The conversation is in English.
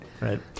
Right